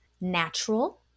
natural